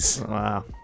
Wow